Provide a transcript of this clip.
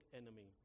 enemy